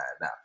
now